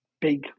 big